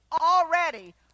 already